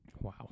Wow